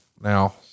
now